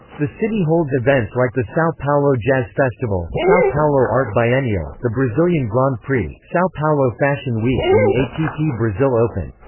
the city holds events like the sao paulo jazz festival, sao paulo art biennial, the brazilian grand prix, sao paulo fashion week and the atp brasil open.